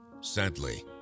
Sadly